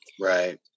Right